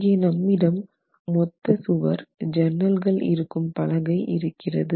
இங்கே நம்மிடம் மொத்த சுவர் ஜன்னல்கள் இருக்கும் பலகை இருக்கிறது